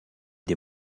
des